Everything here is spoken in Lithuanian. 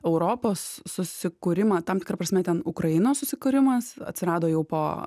europos susikūrimą tam tikra prasme ten ukrainos susikūrimas atsirado jau po